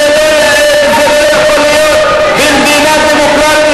זה לא יאה וזה לא יכול להיות במדינה דמוקרטית,